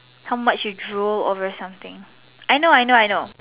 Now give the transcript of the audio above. how much you drool over something I know I know